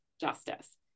justice